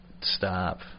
stop